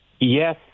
Yes